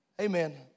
Amen